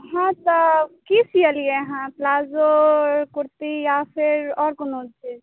हँ तऽ की सियलियैए अहाँ प्लाजो कुर्ती या फेर आओर कोनो चीज